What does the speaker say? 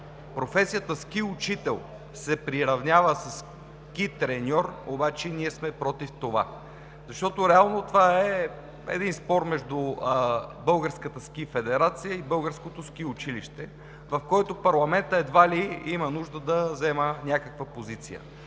професията „ски учител“ се приравнява със „ски треньор“, ние сме против, защото реално това е един спор между Българската ски федерация и Българското ски училище, в който парламентът едва ли има нужда да взема някаква позиция.